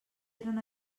eren